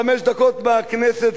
חמש דקות מהכנסת,